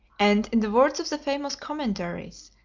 and in the words of the famous commentaries,